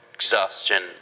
Exhaustion